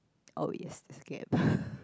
oh yes it's a game